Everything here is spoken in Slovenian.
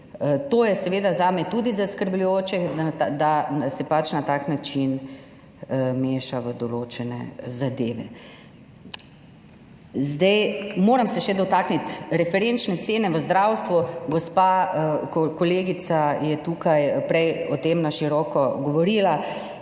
To je seveda zame tudi zaskrbljujoče, da se pač na tak način meša v določene zadeve. Zdaj, moram se še dotakniti referenčne cene v zdravstvu. Gospa kolegica je tukaj prej o tem na široko govorila.